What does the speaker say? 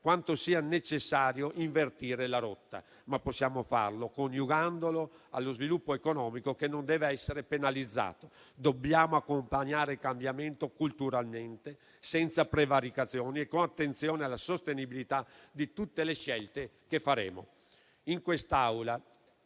quanto sia necessario invertire la rotta, ma possiamo farlo coniugandolo allo sviluppo economico, che non deve essere penalizzato. Dobbiamo accompagnare il cambiamento culturalmente, senza prevaricazioni e con attenzione alla sostenibilità di tutte le scelte che faremo.